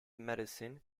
medicine